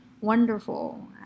wonderful